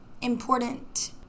important